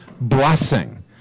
blessing